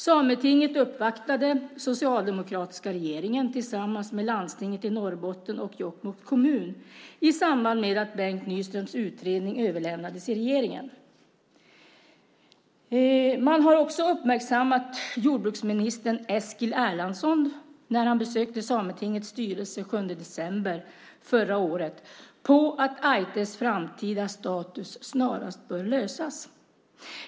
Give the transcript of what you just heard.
Sametinget uppvaktade den socialdemokratiska regeringen tillsammans med landstinget i Norrbotten och Jokkmokks kommun i samband med att Bengt Nyströms utredning överlämnades till regeringen. Man har också uppmärksammat jordbruksminister Eskil Erlandsson, när han besökte Sametingets styrelse den 7 december, på att frågan om Ájttes framtida status snarast bör lösas.